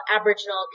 Aboriginal